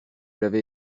l’avez